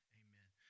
amen